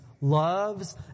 loves